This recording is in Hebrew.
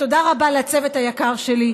ותודה רבה לצוות היקר שלי,